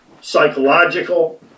psychological